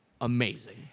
amazing